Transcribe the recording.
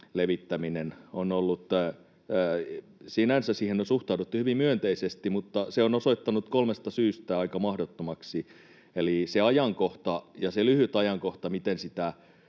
levittämiseen on sinänsä suhtauduttu hyvin myönteisesti, mutta se on osoittautunut kolmesta syystä aika mahdottomaksi. Eli se on lyhyt ajankohta, jolloin